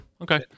Okay